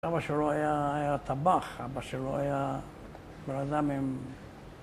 אבא שלו היה טבח, אבא שלו היה בן אדם עם...